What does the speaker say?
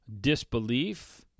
Disbelief